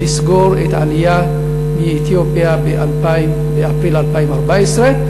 לסגור את העלייה מאתיופיה באפריל 2014,